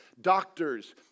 Doctors